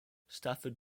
stafford